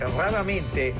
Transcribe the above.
raramente